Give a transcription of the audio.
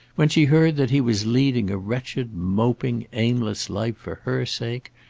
when she heard that he was leading a wretched, moping, aimless life for her sake,